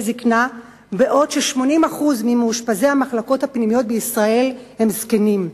זיקנה בעוד 80% ממאושפזי המחלקות הפנימיות בישראל הם זקנים.